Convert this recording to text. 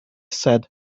said